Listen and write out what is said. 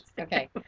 Okay